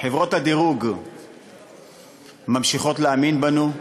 חברות הדירוג ממשיכות להאמין בנו,